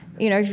you know,